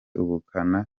ubukana